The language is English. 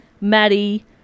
Maddie